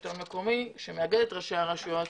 לשלטון המקומי שמאגד את ראשי הרשויות.